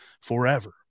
forever